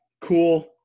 Cool